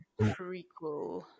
Prequel